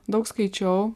daug skaičiau